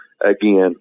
again